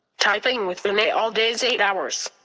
typing with renee all days eight hours.